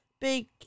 Big